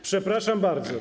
Przepraszam bardzo.